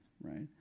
right